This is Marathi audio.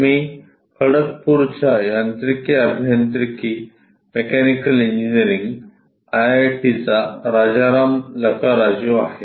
मी खडगपूरच्या यांत्रिकी अभियांत्रिकी मेकॅनिकल इंजिनिअरिंग आयआयटीचा राजाराम लकाराजू आहे